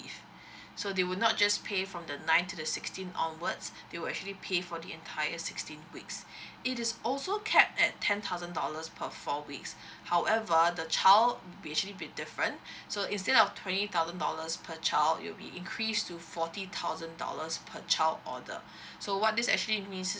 leave so they will not just pay from the nine to the sixteen onwards they will actually pay for the entire sixteen weeks it is also capped at ten thousand dollars per four weeks however the child will be actually be different so instead of twenty thousand dollars per child it will be increased to forty thousand dollars per child order so what this actually means